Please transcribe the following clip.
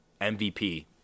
MVP